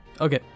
Okay